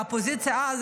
והאופוזיציה אז,